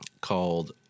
called